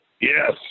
Yes